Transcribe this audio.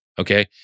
okay